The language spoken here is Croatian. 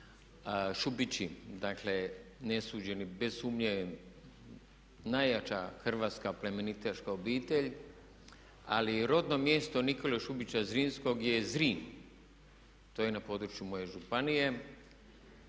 Šubići dakle nesuđeni bez sumnje najjača hrvatska plemenitaška obitelj, ali rodno mjesto Nikole Šubića Zrinskog je Zrin, to je na području moje županije